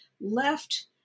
left